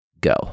go